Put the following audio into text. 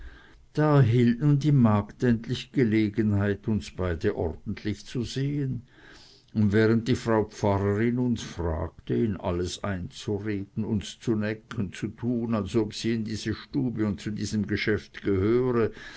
da erhielt nun die magd endlich gelegenheit uns beide ordentlich zu sehen und während die frau pfarrerin uns fragte in alles einzureden uns zu necken zu tun als ob sie in diese stube und zu diesem geschäft gehöre